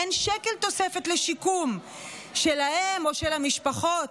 אין שקל תוספת לשיקום שלהם או של המשפחות.